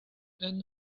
and